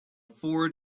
four